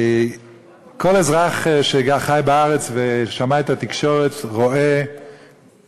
כל אזרח שחי בארץ ושמע את התקשורת רואה